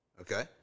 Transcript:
Okay